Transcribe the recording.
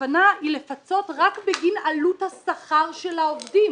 הכוונה היא לפצות רק בגין עלות השכר של העובדים.